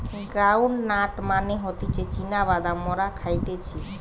ground nut মানে হতিছে চীনা বাদাম মোরা খাইতেছি